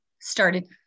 started